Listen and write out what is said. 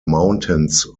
mountains